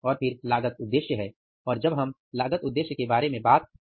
और फिर लागत उद्देश्य है और जब हम लागत उद्देश्य के बारे में बात करते हैं